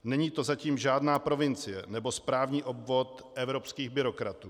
Není to zatím žádná provincie nebo správní obvod evropských byrokratů.